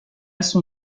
son